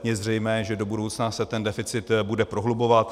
Je zřejmé, že do budoucna se ten deficit bude prohlubovat.